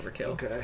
okay